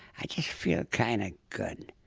i just feel kind of good.